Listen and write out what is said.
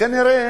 כנראה